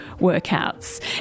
workouts